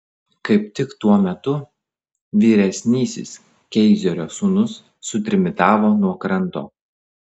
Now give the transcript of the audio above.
kaip tik tuo metu vyresnysis keizerio sūnus sutrimitavo nuo kranto